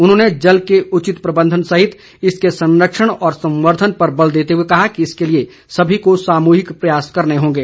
उन्होंने जल के उचित प्रबंधन सहित इसके संरक्षण व संवर्धन पर बल देते हुए कहा कि इसके लिए सभी को सामूहिक प्रयास करने होंगे